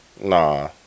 Nah